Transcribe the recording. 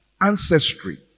ancestry